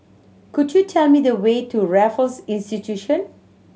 could you tell me the way to Raffles Institution